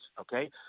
okay